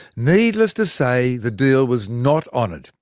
needless to say, the deal was not honoured,